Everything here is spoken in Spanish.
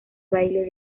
baile